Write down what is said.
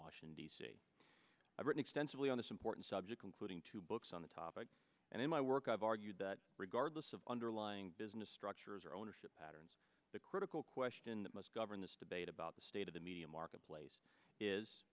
washington d c i've written extensively on this important subject including two books on the topic and in my work of argued that regardless of underlying business structures or ownership patterns the critical question that must govern this debate about the state of the media marketplace is